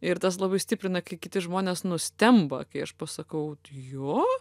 ir tas labai stiprina kai kiti žmonės nustemba kai aš pasakau jo